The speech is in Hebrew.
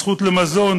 הזכות למזון,